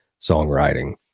songwriting